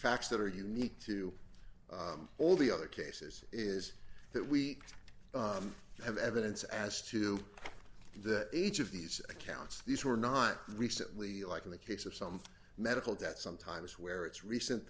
facts that are unique to all the other cases is that we have evidence as to that each of these accounts these were not recently like in the case of some medical debt sometimes where it's recent